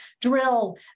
drill